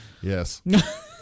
yes